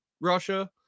russia